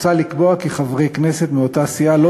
מוצע לקבוע כי חברי כנסת מאותה סיעה לא